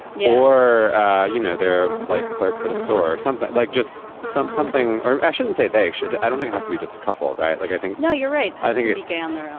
yeah. or you know, they're like clerks at a store or something like just some something or ashin say they should. i don't think has to be just a couple. right. like i think now you're right. i think it began there.